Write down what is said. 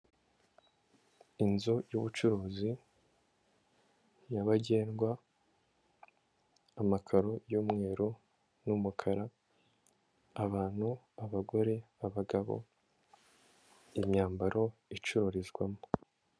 Inzu y'ubucuruzi nyabagendwa, amakaro y'umweru n'umukara, abantu, abagore, abagabo, imyambaro icururizwamo.